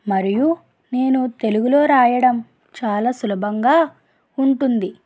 మరియు నేను తెలుగులో వ్రాయడం చాలా సులభంగా ఉంటుంది